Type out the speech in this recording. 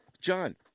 John